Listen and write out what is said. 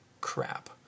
crap